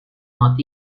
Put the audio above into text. not